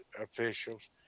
officials